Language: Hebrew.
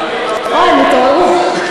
אה, הנה: רווחים כלואים, או, הם התעוררו.